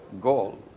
goal